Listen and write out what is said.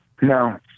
No